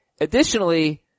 Additionally